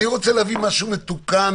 אני רוצה להביא משהו מתוקן,